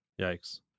yikes